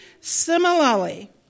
Similarly